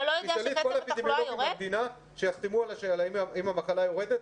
תשאלי את כל האפידמיולוגים במדינה שיחתמו האם המחלה יורדת.